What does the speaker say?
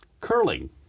curling